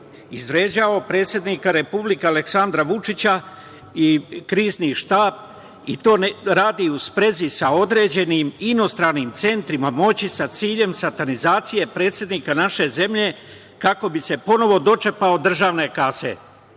izvređao predsednika Republike Aleksandra Vučića i Krizni štab i to radi u sprezi sa određenim inostranim centrima moći sa ciljem satanizacije predsednika naše zemlje kako bi se ponovo dočepao državne kase,